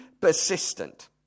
persistent